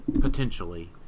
potentially